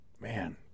Man